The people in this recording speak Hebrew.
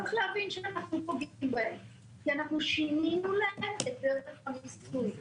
צריך להבין שאנחנו פוגעים בהם כי אנחנו שינינו להם את דרך המיסוי.